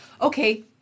Okay